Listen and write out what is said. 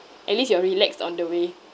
at least you are relaxed on the way